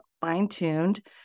fine-tuned